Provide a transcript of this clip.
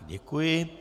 Děkuji.